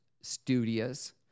studious